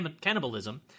cannibalism